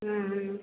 ம்ம்